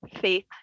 faith